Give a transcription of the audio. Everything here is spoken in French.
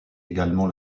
également